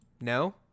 No